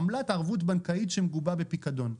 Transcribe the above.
עמלת ערבות בנקאית שמגובה בפיקדון.